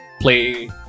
play